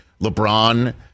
LeBron